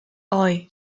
hoy